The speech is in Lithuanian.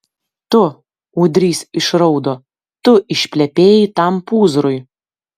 tu ūdrys išraudo tu išplepėjai tam pūzrui